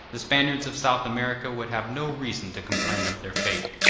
the spaniards of south america would have no reason to complain of their fate.